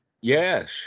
Yes